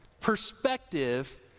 perspective